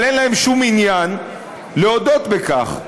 אבל אין להם שום עניין להודות בכך.